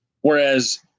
whereas